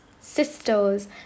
sisters